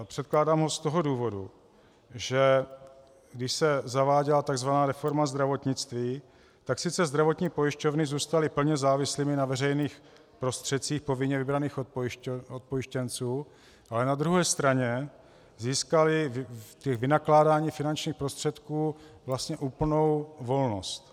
Předkládám ho z toho důvodu, že když se zaváděla tzv. reforma zdravotnictví, tak sice zdravotní pojišťovny zůstaly plně závislými na veřejných prostředcích povinně vybraných od pojištěnců, ale na druhé straně získaly ve vynakládání finančních prostředků vlastně úplnou volnost.